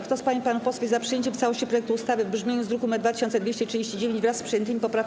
Kto z pań i panów posłów jest za przyjęciem w całości projektu ustawy w brzmieniu z druku nr 2239, wraz z przyjętymi poprawkami?